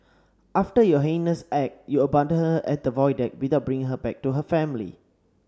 after your heinous act your abandoned her at the Void Deck without bringing her back to her family